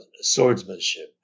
swordsmanship